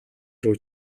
руу